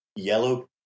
yellow